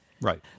Right